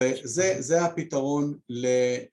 וזה הפתרון ל...